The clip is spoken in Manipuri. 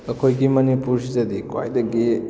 ꯑꯩꯈꯣꯏꯒꯤ ꯃꯅꯤꯄꯨꯔꯁꯤꯗꯗꯤ ꯈ꯭ꯋꯥꯏꯗꯒꯤ